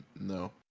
no